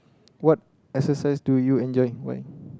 what exercise do you enjoy why